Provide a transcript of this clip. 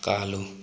ꯀꯥꯂꯨ